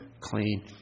clean